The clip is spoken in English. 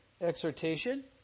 exhortation